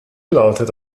lautet